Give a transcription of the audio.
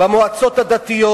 במועצות הדתיות,